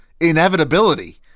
inevitability